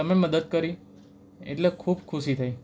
તમે મદદ કરી એટલે ખૂબ ખુશી થઈ